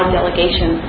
delegation